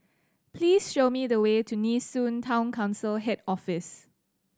please show me the way to Nee Soon Town Council Head Office